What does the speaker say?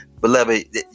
beloved